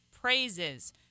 praises